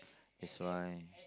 that's why